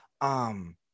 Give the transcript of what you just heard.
um-